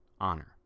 honor